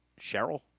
Cheryl